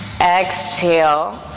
exhale